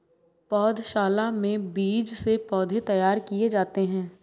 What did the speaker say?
पौधशाला में बीज से पौधे तैयार किए जाते हैं